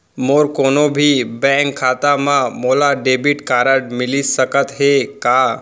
मोर कोनो भी बैंक खाता मा मोला डेबिट कारड मिलिस सकत हे का?